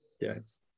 Yes